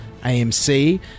AMC